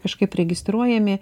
kažkaip registruojami